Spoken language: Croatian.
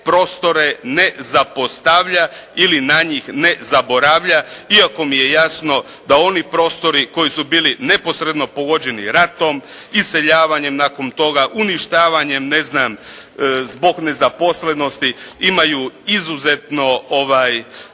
prostore ne zapostavlja ili na njih ne zaboravlja iako mi je jasno da oni prostori koji su bili neposredno pogođeni ratom, iseljavanjem nakon toga, uništavanjem zbog nezaposlenosti, imaju izuzetno teške